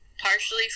Partially